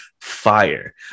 fire